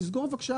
תסגור בבקשה